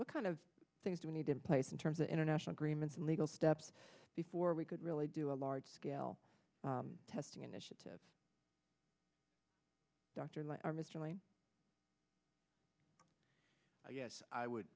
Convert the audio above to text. what kind of things do we need in place in terms of international agreements legal steps before we could really do a large scale testing initiative dr originally i guess i would